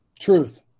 Truth